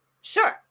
Sure